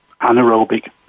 anaerobic